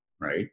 right